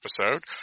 episode